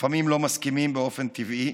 לפעמים לא מסכימים באופן טבעי,